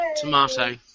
Tomato